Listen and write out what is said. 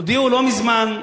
הודיעו לא מזמן,